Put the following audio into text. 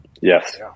Yes